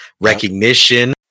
recognition